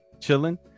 chilling